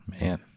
man